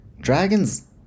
Dragons